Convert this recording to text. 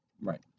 Right